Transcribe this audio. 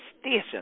Station